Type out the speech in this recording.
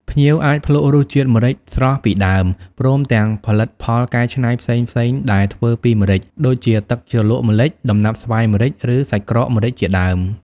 ភ្ញៀវអាចភ្លក្សរសជាតិម្រេចស្រស់ពីដើម ព្រមទាំងផលិតផលកែច្នៃផ្សេងៗដែលធ្វើពីម្រេច ដូចជាទឹកជ្រលក់ម្រេច ដំណាប់ស្វាយម្រេច ឬសាច់ក្រកម្រេចជាដើម ។